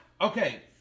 Okay